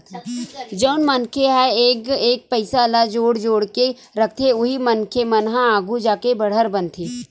जउन मनखे ह एक एक पइसा ल जोड़ जोड़ के रखथे उही मनखे मन ह आघु जाके बड़हर बनथे